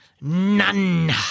none